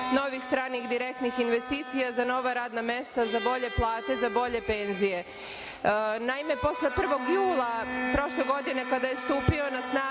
novih stranih direktnih investicija za nova radna mesta, za bolje plate, za bolje penzije. Naime posle 1. jula prošle godine kada je stupio na snagu